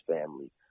family